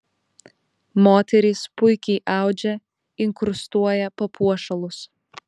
moterys puikiai audžia inkrustuoja papuošalus